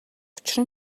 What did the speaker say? учир